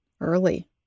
early